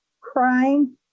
crying